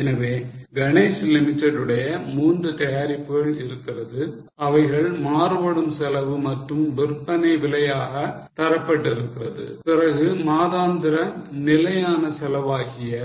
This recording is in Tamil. எனவே Ganesh limited உடைய மூன்று தயாரிப்புகள் இருக்கிறது அவைகள் மாறுபடும் செலவு மற்றும் விற்பனை விலையாக தரப்பட்டிருக்கிறது பிறகு மாதாந்திர நிலையான செலவாகிய